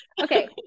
Okay